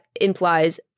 implies